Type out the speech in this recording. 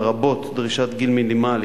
לרבות דרישת גיל מינימלי